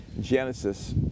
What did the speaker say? genesis